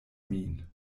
min